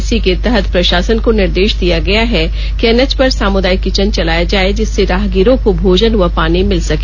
इसी के तहत प्रषासन को निर्देष दिया गया है कि एनएच पर सामुदायिक किचन चलाया जाए जिससे राहगिरों को भोजन व पानी मिल सके